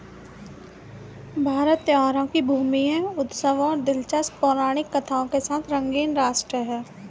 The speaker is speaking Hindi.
भारत त्योहारों की भूमि है, उत्सवों और दिलचस्प पौराणिक कथाओं के साथ रंगीन राष्ट्र है